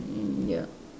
mm ya